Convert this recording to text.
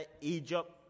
Egypt